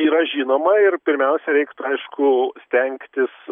yra žinoma ir pirmiausia reiktų aišku stengtis